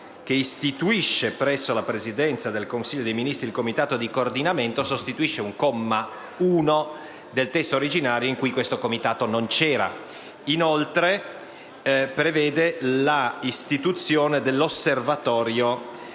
istituisce presso la Presidenza del Consiglio dei ministri il Comitato di coordinamento, sostituendo un comma 1 del testo originario in cui questo Comitato non c'era. Inoltre, esso prevede l'istituzione dell'Osservatorio